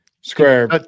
square